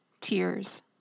tears